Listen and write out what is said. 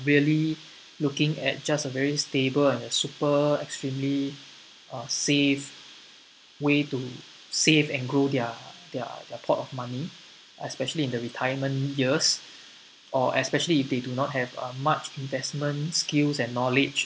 barely looking at just a very stable and a super extremely uh safe way to save and grow their their pot of money especially in the retirement years or especially if they do not have uh much investment skills and knowledge